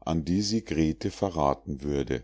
an die sie grete verraten würde